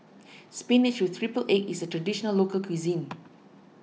Spinach with Triple Egg is a Traditional Local Cuisine